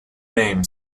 name